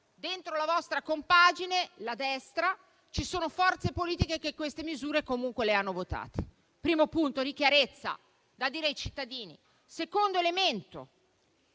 dentro la vostra compagine, la destra, ci sono forze politiche che queste misure comunque le hanno votate. Questo è il primo punto di chiarezza da spiegare ai cittadini. Il secondo elemento: